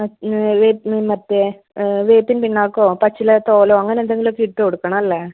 പച്ചിലയും വേപ്പിലയും മറ്റേ വേപ്പിൻ പിണ്ണാക്കോ പച്ചില തോലോ അങ്ങനെന്തെങ്കിലുമൊക്കെ ഇട്ട് കൊടുക്കണം അല്ലേ